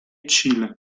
cile